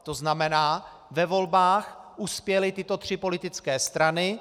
To znamená, ve volbách uspěly tyto tři politické strany.